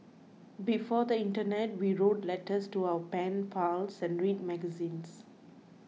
before the internet we wrote letters to our pen pals and read magazines